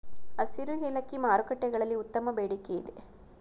ಹಸಿರು ಏಲಕ್ಕಿ ಮಾರುಕಟ್ಟೆಗಳಲ್ಲಿ ಉತ್ತಮ ಬೇಡಿಕೆಯಿದೆ